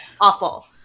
awful